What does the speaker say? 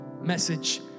message